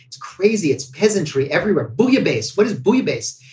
it's crazy. it's peasantry everywhere. bouillabaisse. what is bouillabaisse?